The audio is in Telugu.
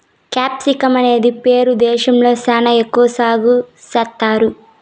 క్యాప్సికమ్ అనేది పెరు దేశంలో శ్యానా ఎక్కువ సాగు చేత్తారు